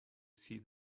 see